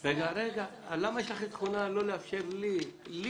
רגע, למה יש לכם תכונה לא לאפשר לי לפחות